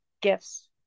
gifts